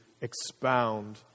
expound